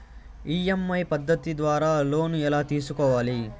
EMI పద్ధతి ద్వారా loan ఎలా తీసుకోవాలి